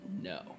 No